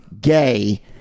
gay